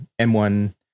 M1